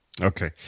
okay